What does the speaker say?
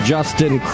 Justin